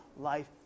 life